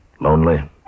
lonely